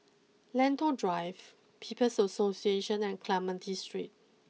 Lentor Drive People's Association and Clementi Street